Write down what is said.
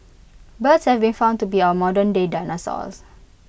birds have been found to be our modernday dinosaurs